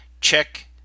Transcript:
Check